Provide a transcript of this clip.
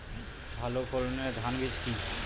ভালো ফলনের ধান বীজ কি?